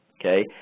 Okay